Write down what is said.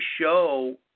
show